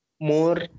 more